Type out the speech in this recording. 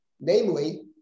namely